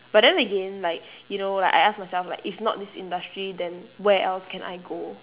but then again like you know like I ask myself like if not this industry then where else can I go